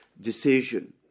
decision